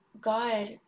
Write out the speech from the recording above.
God